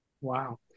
Wow